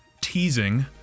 teasing